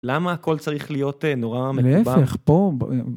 למה הכל צריך להיות נורא מטווח? להפך, פה...